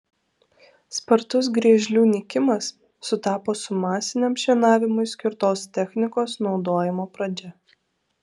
spartus griežlių nykimas sutapo su masiniam šienavimui skirtos technikos naudojimo pradžia